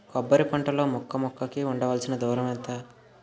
కొబ్బరి పంట లో మొక్క మొక్క కి ఉండవలసిన దూరం ఎంత